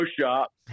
shop